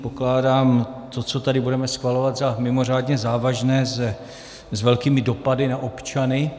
Pokládám to, co tady budeme schvalovat, za mimořádně závažné s velkými dopady na občany.